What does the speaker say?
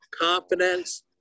Confidence